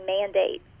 mandate